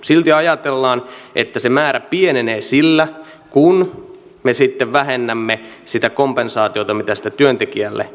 silti ajatellaan että se määrä pienenee sillä kun me sitten vähennämme sitä kompensaatiota mitä siitä työntekijälle maksetaan